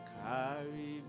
carry